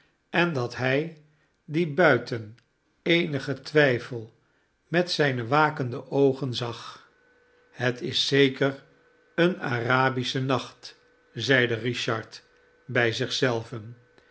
en dat hij die buiten eenigen twijfel met zijne wakende oogen zag het is zeker een arabische nacht zeide richard bij